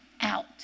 out